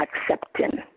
accepting